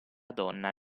donna